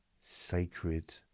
Sacred